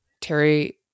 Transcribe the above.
Terry